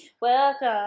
welcome